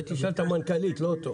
את זה תשאל את המנכ"לית, לא אותו.